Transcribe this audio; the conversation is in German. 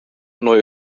neue